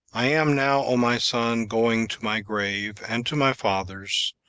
i am now, o my son, going to my grave, and to my fathers,